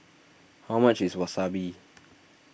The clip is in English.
how much is Wasabi